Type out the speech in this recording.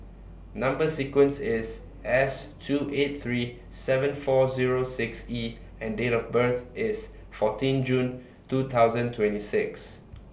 Number sequence IS S two eight three seven four Zero six E and Date of birth IS fourteen June two thousand twenty six